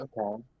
Okay